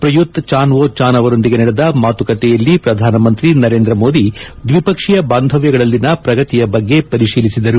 Prayut Chan o Cha ಅವರೊಂದಿಗೆ ನಡೆದ ಮಾತುಕತೆಯಲ್ಲಿ ಪ್ರಧಾನಮಂತ್ರಿ ನರೇಂದ್ರ ಮೋದಿ ದ್ವಿಪಕ್ಷೀಯ ಬಾಂಧವ್ಯಗಳಲ್ಲಿನ ಪ್ರಗತಿಯ ಬಗ್ಗೆ ಪರಿತೀಲಿಸಿದರು